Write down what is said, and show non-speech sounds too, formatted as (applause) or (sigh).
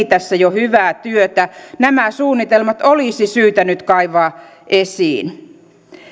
(unintelligible) tässä jo hyvää työtä nämä suunnitelmat olisi syytä nyt kaivaa esiin